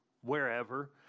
wherever